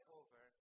over